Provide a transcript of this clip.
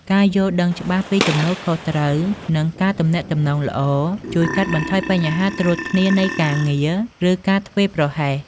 ការយល់ដឹងច្បាស់ពីទំនួលខុសត្រូវ និងការទំនាក់ទំនងល្អ ជួយកាត់បន្ថយបញ្ហាត្រួតគ្នានៃការងារ ឬការធ្វេសប្រហែស។